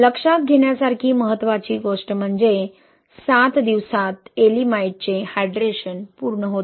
लक्षात घेण्यासारखी महत्त्वाची गोष्ट म्हणजे 7 दिवसांत येएलिमाइटचे हायड्रेशन पूर्ण होते